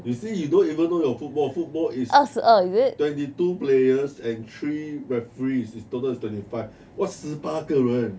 you see you don't even know your football football is twenty two players and three referees its total is twenty five what 十八个人